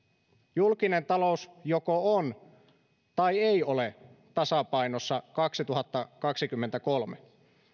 julkinen talous joko on tai ei ole tasapainossa kaksituhattakaksikymmentäkolme